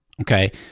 Okay